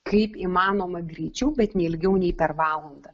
kaip įmanoma greičiau bet neilgiau nei per valandą